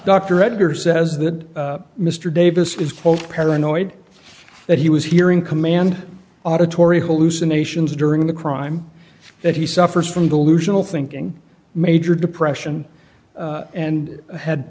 dr editor says that mr davis is quote paranoid that he was hearing command auditory hallucinations during the crime that he suffers from delusional thinking major depression and had